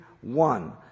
one